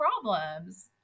problems